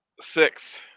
Six